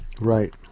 Right